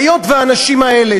היות שהאנשים האלה,